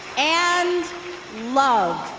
and love.